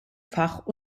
fach